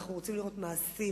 אנחנו רוצים לראות מעשים.